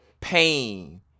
pain